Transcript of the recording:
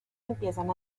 empiezan